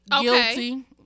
guilty